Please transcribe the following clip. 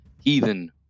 heathen